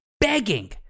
begging